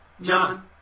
John